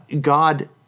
God